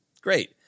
Great